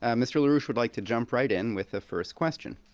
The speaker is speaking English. ah mr. larouche would like to jump right in with the first question.